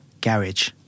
Garage